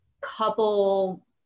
couple